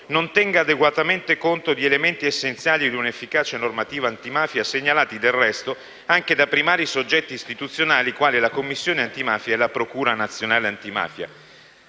non tenga adeguatamente conto di elementi essenziali di un'efficace normativa antimafia, segnalati del resto da primari soggetti istituzionali quali la Commissione antimafia e la procura nazionale antimafia,